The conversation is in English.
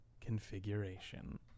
configuration